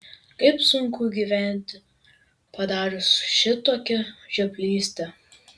kaip sunku gyventi padarius šitokią žioplystę